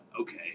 okay